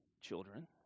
children